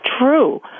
true